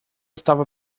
estava